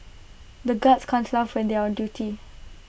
the guards can't laugh when they are on duty